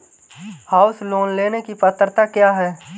House loan लेने की पात्रता क्या है?